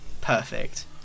Perfect